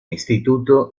instituto